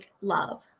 love